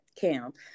camp